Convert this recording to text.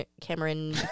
Cameron